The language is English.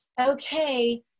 okay